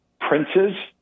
princes